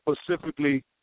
specifically